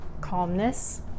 calmness